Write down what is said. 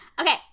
okay